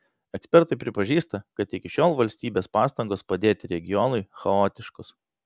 ekspertai pripažįsta kad iki šiol valstybės pastangos padėti regionui chaotiškos